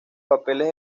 papeles